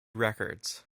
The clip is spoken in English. records